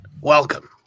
Welcome